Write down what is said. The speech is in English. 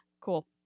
Cool